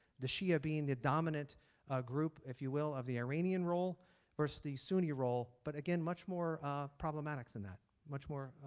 the shia being the dominant group if you will of the iranian role versus the sunni role but again much more problematic than that. much more